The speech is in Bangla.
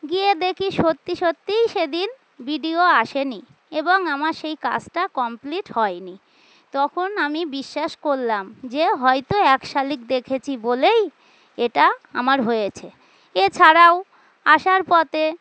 গিয়ে দেখি সত্যি সত্যিই সেদিন বি ডি ও আসেনি এবং আমার সেই কাজটা কমপ্লিট হয়নি তখন আমি বিশ্বাস করলাম যে হয়তো এক শালিক দেখেছি বলেই এটা আমার হয়েছে এছাড়াও আসার পথে